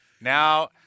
now